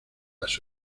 las